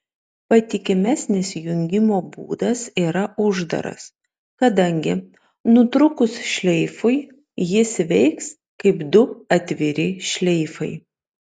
patikimesnis jungimo būdas yra uždaras kadangi nutrūkus šleifui jis veiks kaip du atviri šleifai